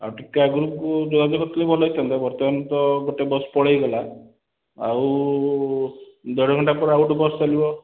ଆଉ ଟିକେ ଆଗରୁ ଥିଲେ ଭଲ ହେଇଥାନ୍ତା ବର୍ତ୍ତମାନ ତ ଗୋଟେ ବସ୍ ପଳାଇଗଲା ଆଉ ଦେଢ଼ ଘଣ୍ଟା ପରେ ଆଉ ଗୋଟେ ବସ୍ ଚାଲିବ